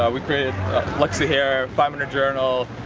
ah we created luxy hair, five minute journal,